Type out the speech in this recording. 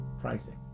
pricing